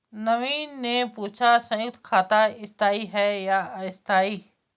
नवीन ने पूछा संयुक्त खाता स्थाई है या अस्थाई